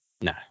No